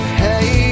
hey